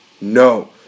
No